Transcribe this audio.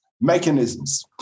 mechanisms